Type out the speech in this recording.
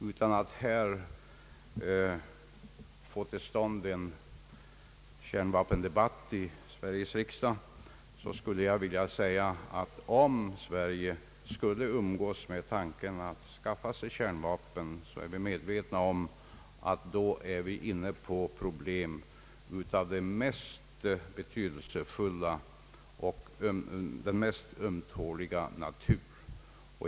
Utan att söka få till stånd en kärnvapendebatt i Sveriges riksdag vill jag säga, att om Sverige skulle umgås med tanken på att anskaffa kärnvapen, måste vi vara medvetna om att vi då är inne på frågor av den mest betydelsefulla och ömtåliga natur.